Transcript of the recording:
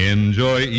Enjoy